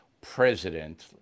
president